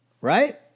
right